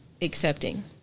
accepting